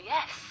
Yes